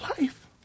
life